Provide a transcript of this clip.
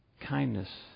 kindness